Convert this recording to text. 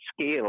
scale